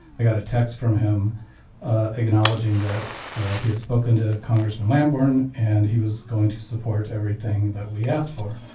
i got a text from him acknowledging that he had spoken to congressman lamborn and he was going to support everything that we asked for.